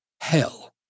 hell